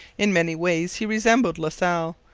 in many ways he resembled la salle,